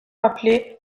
appelée